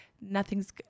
nothing's